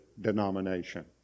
denomination